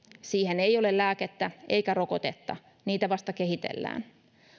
siihen ei ole lääkettä eikä rokotetta niitä vasta kehitellään